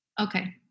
Okay